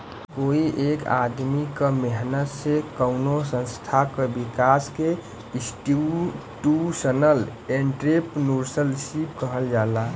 कोई एक आदमी क मेहनत से कउनो संस्था क विकास के इंस्टीटूशनल एंट्रेपर्नुरशिप कहल जाला